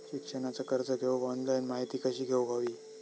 शिक्षणाचा कर्ज घेऊक ऑनलाइन माहिती कशी घेऊक हवी?